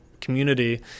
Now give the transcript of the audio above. community